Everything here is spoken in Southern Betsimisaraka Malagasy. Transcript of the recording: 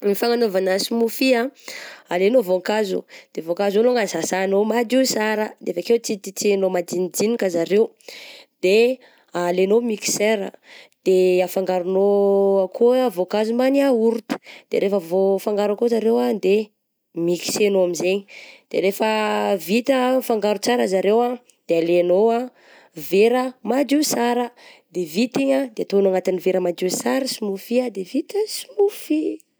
Ny fananaovana smoothie ah, alainao voankazo de voankazo io longany sasanao madio sara, de avy akeo tititehinao majinijinika zareo, de alainao mixer de afangaronao ao koà voankazo mban'ny yaôrta, de rehefa voafanaro ao koa zareo ah, de mixenao amizegny, de rehefa vita mifangaro tsara zareo ah, de aleinao ah vera madio sara de vita igny, de ataonao anaty vera madio sara smoothie ah, de vita ny smoothie!